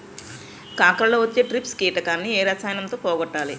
కాకరలో వచ్చే ట్రిప్స్ కిటకని ఏ రసాయనంతో పోగొట్టాలి?